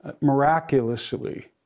miraculously